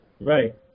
Right